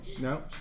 no